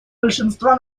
большинства